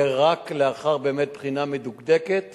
ורק לאחר בחינה מדוקדקת